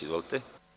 Izvolite.